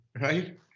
right